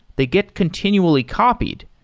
they get continually copied.